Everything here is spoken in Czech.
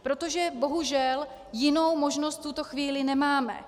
Protože, bohužel, jinou možnost v tuto chvíli nemáme.